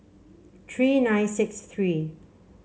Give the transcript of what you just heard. three nine six three